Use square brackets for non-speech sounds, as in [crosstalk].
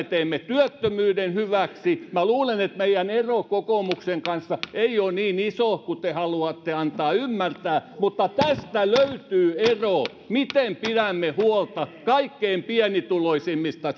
[unintelligible] teemme työttömyyden hyväksi minä luulen että meidän ero kokoomuksen kanssa ei ole niin iso kuin te haluatte antaa ymmärtää mutta tästä löytyy ero miten pidämme huolta kaikkein pienituloisimmista [unintelligible]